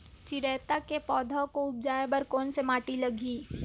चिरैता के पौधा को उगाए बर कोन से माटी लगही?